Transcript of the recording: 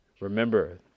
Remember